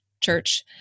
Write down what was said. church